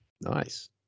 Nice